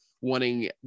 wanting